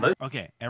Okay